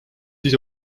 ise